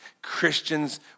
Christians